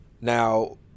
Now